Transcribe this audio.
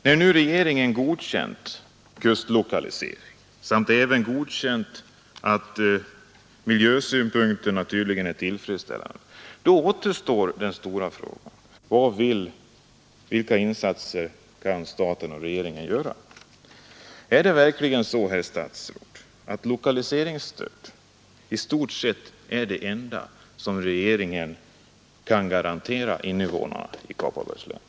När nu regeringen har godkänt kustlokalisering och förklarat att miljösynpunkterna är beaktade i tillräcklig utsträckning, så återstår den stora frågan: Vilka insatser kan staten och regeringen göra? Är det verkligen så, herr statsråd, att lokaliseringsstöd i stort sett är det enda som regeringen kan garantera invånarna i Kopparbergs län?